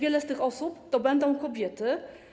Ile z tych osób to będą kobiety?